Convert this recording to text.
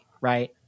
right